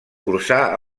cursà